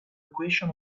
equation